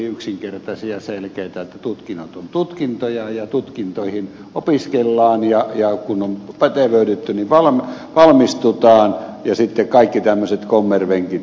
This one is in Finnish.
että tutkinnot ovat tutkintoja ja tutkintoihin opiskellaan ja kun on pätevöidytty valmistutaan ja sitten kaikki tämmöiset kommervenkit